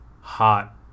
hot